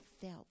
felt